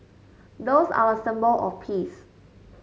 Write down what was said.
doves are a symbol of peace